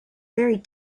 very